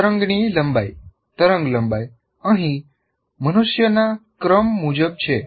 તરંગની લંબાઈ - તરંગલંબાઈ અહીં મનુષ્યના ક્રમ મુજબ છે